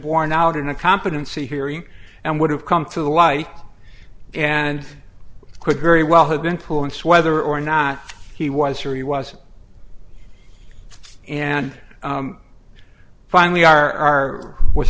borne out in a competency hearing and would have come to the light and could very well have been pulling sweater or not he was sure he was and finally are with